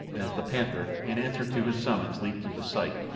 and as the panther, in answer to his summons, leaped into sight,